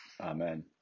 Amen